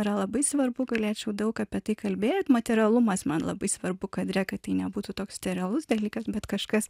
yra labai svarbu galėčiau daug apie tai kalbėt materialumas man labai svarbu kadre kad nebūtų toks nerealus dalykas bet kažkas